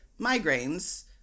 migraines